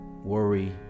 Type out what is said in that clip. Worry